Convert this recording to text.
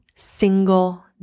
single